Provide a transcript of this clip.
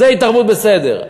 זה התערבות בסדר,